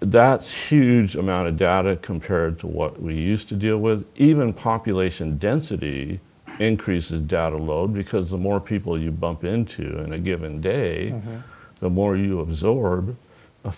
that's huge amount of data compared to what we used to deal with even population density increases data load because the more people you bump into in a given day the more you absorb a